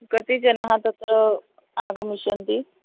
कति जनाः तत्र आगमिष्यन्ति